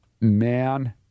man